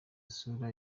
isura